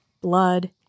blood